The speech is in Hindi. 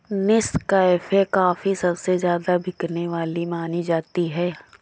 नेस्कैफ़े कॉफी सबसे ज्यादा बिकने वाली मानी जाती है